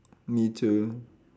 me too